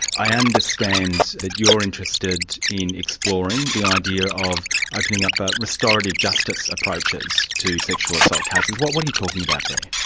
i understand that you're interested in exploring the idea of opening up ah restorative justice approaches to sexual assault cases. what what are you talking about there?